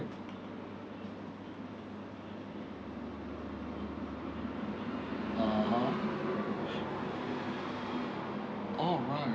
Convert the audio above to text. a'ah alright